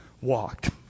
walked